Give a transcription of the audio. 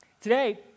Today